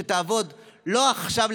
שתעבוד לא עכשיו,